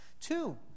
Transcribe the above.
Two